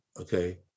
okay